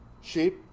sheep